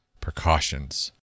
precautions